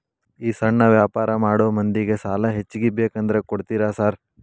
ಈ ಸಣ್ಣ ವ್ಯಾಪಾರ ಮಾಡೋ ಮಂದಿಗೆ ಸಾಲ ಹೆಚ್ಚಿಗಿ ಬೇಕಂದ್ರ ಕೊಡ್ತೇರಾ ಸಾರ್?